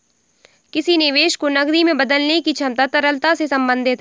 किसी निवेश को नकदी में बदलने की क्षमता तरलता से संबंधित है